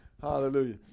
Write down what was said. Hallelujah